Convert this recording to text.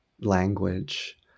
language